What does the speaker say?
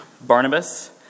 Barnabas